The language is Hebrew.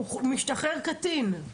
הוא משתחרר קטין,